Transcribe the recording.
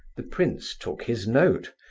the prince took his note.